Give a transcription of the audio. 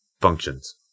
functions